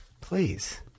Please